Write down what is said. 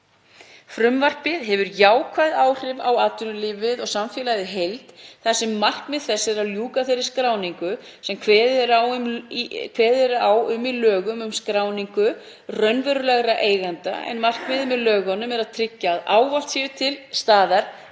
Frumvarpið hefur jákvæð áhrif á atvinnulífið og samfélagið í heild þar sem markmið þess er að ljúka þeirri skráningu sem kveðið er á um í lögum um skráningu raunverulegra eigenda, en markmiðið með lögunum er að tryggja að ávallt séu til staðar